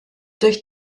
durch